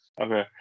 okay